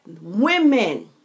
women